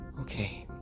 okay